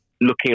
looking